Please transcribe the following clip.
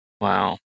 Wow